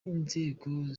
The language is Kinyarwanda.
inzego